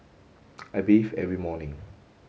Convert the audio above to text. I bathe every morning